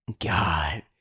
God